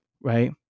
right